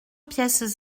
pièces